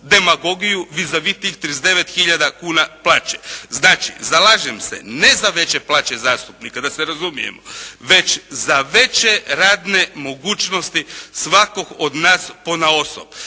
demagogiju «vis a vis» tih 39 hiljada kuna plaće. Znači zalažem se ne za veće plaće zastupnika da se razumijemo već za veće radne mogućnosti svakog od nas ponaosob.